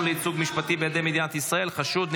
לייצוג משפטי בידי מדינת ישראל (חשוד,